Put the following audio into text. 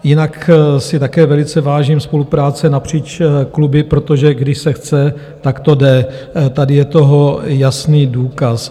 Jinak si také velice vážím spolupráce napříč kluby, protože když se chce, tak to jde, tady je toho jasný důkaz.